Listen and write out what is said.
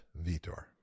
Vitor